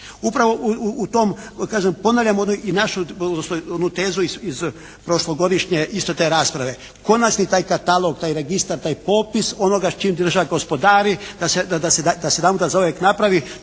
Upravo u tom kažem ponavljam i onu našu tezu iz prošlogodišnje isto te rasprave, konačni taj katalog, taj registar, taj popis onoga s čim država gospodari da se jedanputa zauvijek napravi.